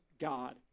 God